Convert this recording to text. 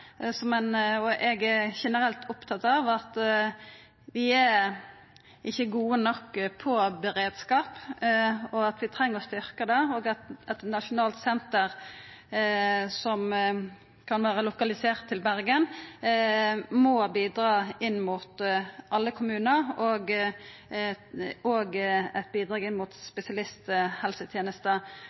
Eg er generelt opptatt av at vi ikkje er gode nok på beredskap, og at vi treng å styrkja dette, og at et nasjonalt senter, som kan vera lokalisert i Bergen, må bidra inn mot alle kommunar og òg vera eit bidrag inn mot spesialisthelsetenesta.